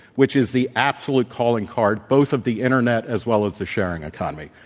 which is the absolute calling card both of the internet as well as the sharing economy.